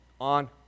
On